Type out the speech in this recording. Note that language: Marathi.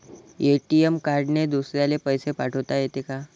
ए.टी.एम कार्डने दुसऱ्याले पैसे पाठोता येते का?